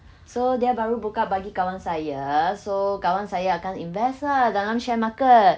so dia baru buka bagi kawan saya so kawan saya akan invest lah dalam share market